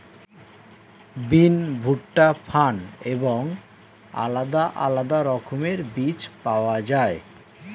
বিন, ভুট্টা, ফার্ন এবং আলাদা আলাদা রকমের বীজ পাওয়া যায়